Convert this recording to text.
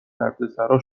دردسرا